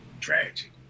Tragic